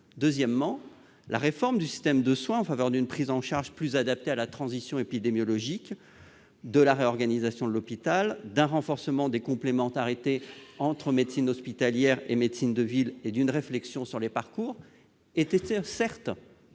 réforme, celle du système de soins en faveur d'une prise en charge plus adaptée à la transition épidémiologique, de la réorganisation de l'hôpital, d'un renforcement des complémentarités entre médecine hospitalière et médecine de ville et d'une réflexion sur les parcours, qui